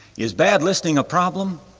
is bad listening a problem?